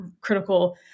critical